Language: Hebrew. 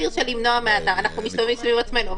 אנחנו מסתובבים סביב עצמנו,